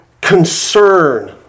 concern